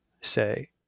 say